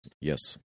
yes